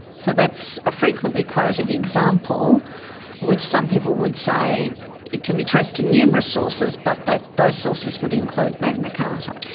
so that's a frequently quoted example which some people would say can be traced to numerous sources but that those sources would include magna carta.